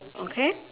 okay